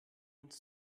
uns